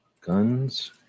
guns